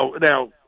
now